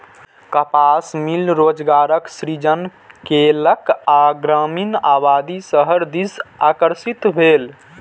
कपास मिल रोजगारक सृजन केलक आ ग्रामीण आबादी शहर दिस आकर्षित भेल